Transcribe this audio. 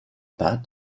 that